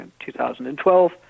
2012